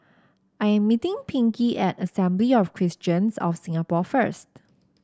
I'm meeting Pinkey at Assembly of Christians of Singapore first